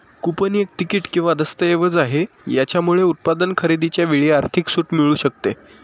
coupon एक तिकीट किंवा दस्तऐवज आहे, याच्यामुळे उत्पादन खरेदीच्या वेळी आर्थिक सूट मिळू शकते